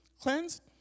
cleansed